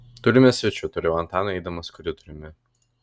turime svečių tariau antanui eidamas koridoriumi